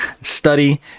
study